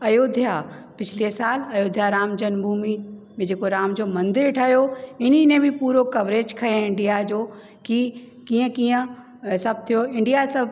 अयोध्या पिछ्ले साल अयोध्या राम जनम भुमि जेको राम जो मंदरु ठहियो इन ने बि पूरो कवरेज खयो इंडिया जो की कीअं कीअं ऐं सभु थियो इंडिया त